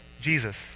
Jesus